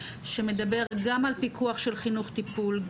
שמדבר גם על פיקוח של חינוך-טיפול,